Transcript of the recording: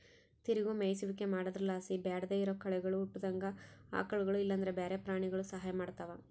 ತಿರುಗೋ ಮೇಯಿಸುವಿಕೆ ಮಾಡೊದ್ರುಲಾಸಿ ಬ್ಯಾಡದೇ ಇರೋ ಕಳೆಗುಳು ಹುಟ್ಟುದಂಗ ಆಕಳುಗುಳು ಇಲ್ಲಂದ್ರ ಬ್ಯಾರೆ ಪ್ರಾಣಿಗುಳು ಸಹಾಯ ಮಾಡ್ತವ